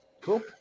Cool